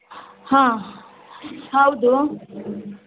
ಹಾಂ ಹೌದು